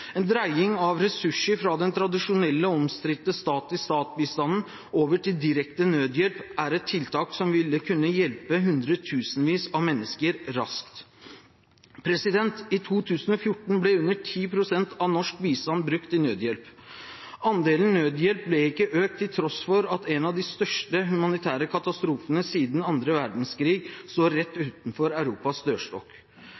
En dreining av ressurser fra den tradisjonelle og omstridte stat-til-stat-bistanden over til direkte nødhjelp er et tiltak som vil kunne hjelpe hundretusenvis av mennesker raskt. I 2014 ble under 10 pst. av norsk bistand brukt til nødhjelp. Andelen nødhjelp ble ikke økt til tross for at en av de største humanitære katastrofene siden annen verdenskrig sto rett utenfor Europas